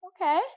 okay